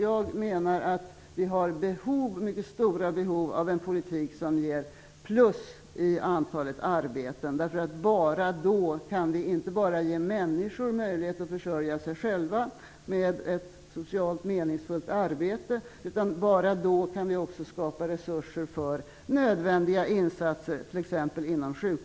Jag menar att vi har mycket stora behov av en politik som ger plus i antalet arbeten. Det är bara då som vi inte bara kan ge människor möjlighet att försörja sig själva på ett socialt meningsfullt arbete, utan också bara då som vi kan skapa resurser för nödvändiga insatser t.ex.